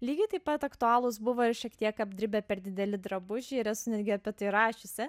lygiai taip pat aktualūs buvo ir šiek tiek apdribę per dideli drabužiai ir esu netgi apie tai rašiusi